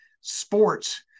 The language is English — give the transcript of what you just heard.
sports